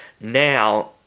now